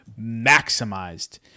maximized